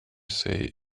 say